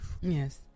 Yes